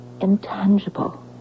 intangible